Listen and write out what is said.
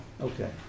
Okay